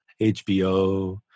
HBO